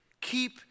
Keep